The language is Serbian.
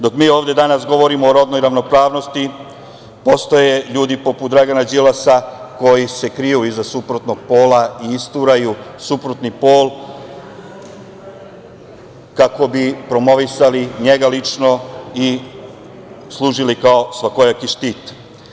Dok mi ovde danas govorimo o rodnoj ravnopravnosti postoje ljudi poput Dragana Đilasa koji se kriju iza suprotnog pola i isturaju suprotni pol kako bi promovisali njega lično i služili kao svakojaki štit.